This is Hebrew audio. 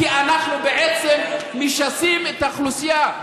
כי אנחנו בעצם משסים את האוכלוסייה,